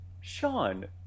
Sean